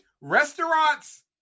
restaurants